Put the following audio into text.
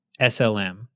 SLM